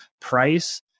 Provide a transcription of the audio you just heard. price